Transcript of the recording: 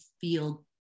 feel